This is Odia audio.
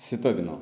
ଶୀତ ଦିନ